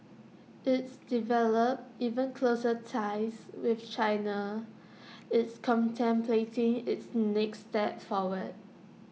it's developed even closer ties with China it's contemplating its next steps forward